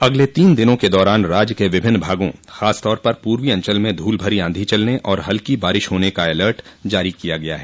अगले तीन दिनों के दौरान राज्य के विभिन्न भागों खासतौर पर पूर्वी अंचल में धूल भरी आंधी चलने और हल्की बारिश होने का अलर्ट जारी किया गया है